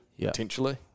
potentially